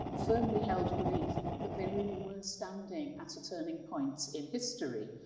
firmly-held belief that they really were standing at a turning point in history.